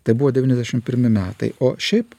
tai buvo devyniasdešim pirmi metai o šiaip